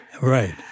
Right